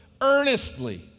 earnestly